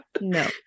no